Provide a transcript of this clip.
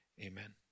amen